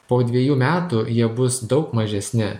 po dvejų metų jie bus daug mažesni